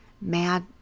Mad